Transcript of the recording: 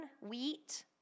wheat